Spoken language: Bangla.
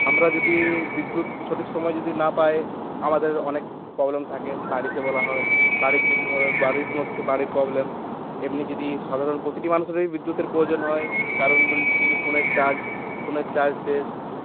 আমরা যদি বিদ্যুৎ সঠিক সময় যদি না পাই আমাদের অনেক প্রবলেম থাকে বাড়িতে বলা হয় বাড়ির যদি ধরো বাড়ির মধ্যে বাড়ির প্রবলেম এমনি যদি সাধারণ প্রতিটি মানুষেরই বিদ্যুতের প্রয়োজন হয় কারণ বল যদি ফোনের চার্জ ফোনের চার্জ শেষ